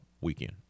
weekend